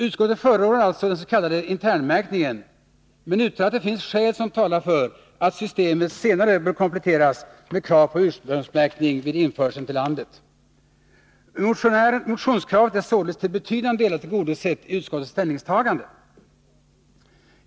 Utskottet förordar alltså den s.k. internmärkningen, men uttalar att det finns skäl som talar för att systemet senare bör kompletteras med krav på ursprungsmärkning vid införseln till landet. Motionskravet är således till betydande delar tillgodosett genom utskottets ställningstagande.